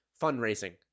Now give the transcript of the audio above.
fundraising